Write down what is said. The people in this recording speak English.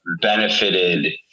benefited